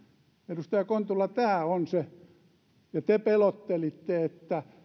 edustaja kontula tämä on se ja te pelottelitte että